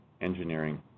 engineering